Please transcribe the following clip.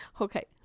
Okay